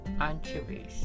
anchovies